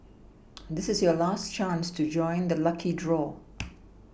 this is your last chance to join the lucky draw